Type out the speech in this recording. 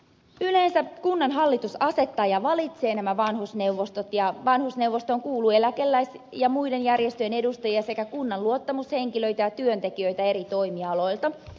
yleensä kunnanhallitus asettaa ja valitsee nämä vanhusneuvostot ja vanhusneuvostoon kuuluu eläkeläis ja muiden järjestöjen edustajia sekä kunnan luottamushenkilöitä ja työntekijöitä eri toimialoilta